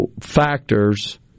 factors